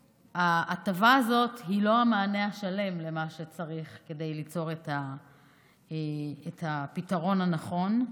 ההטבה הזאת היא לא המענה השלם למה שצריך כדי ליצור את הפתרון הנכון,